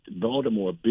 Baltimore